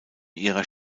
ihrer